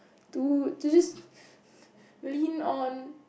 dude to just lean on